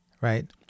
right